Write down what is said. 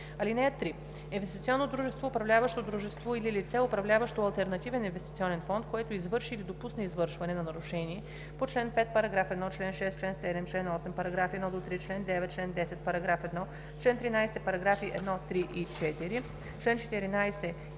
лв. (3) Инвестиционно дружество, управляващо дружество или лице, управляващо алтернативен инвестиционен фонд, което извърши или допусне извършване на нарушение на чл. 5, параграф 1, чл. 6, чл. 7, чл. 8, параграфи 1 – 3, чл. 9, чл. 10, параграф 1, чл. 13, параграфи 1, 3 и 4, чл. 14 и 19